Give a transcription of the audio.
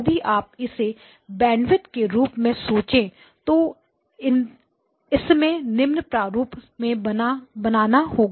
यदि आप इसे बैंडविड्थ के रूप में सोचें तो इससे निम्न प्रारूप में बनाना होगा